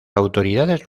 autoridades